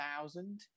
thousand